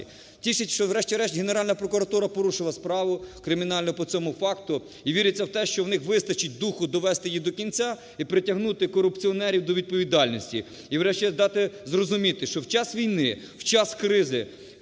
Тішить, що врешті-решт Генеральна прокуратура порушила справу кримінальну по цьому факту. І віриться у те, що у них вистачить духу довести її до кінця і притягнути корупціонерів до відповідальності. І врешті дати зрозуміти, що у час війни, у час кризи